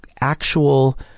actual